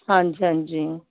ਹਾਂਜੀ ਹਾਂਜੀ